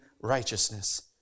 righteousness